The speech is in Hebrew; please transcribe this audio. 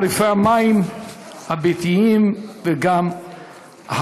בבקשה, אדוני חבר הכנסת וקנין.